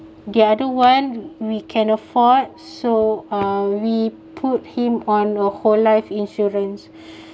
the other one we can afford so uh we put him on a whole life insurance